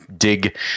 dig